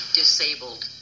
disabled